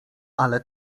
ale